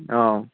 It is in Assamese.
অঁ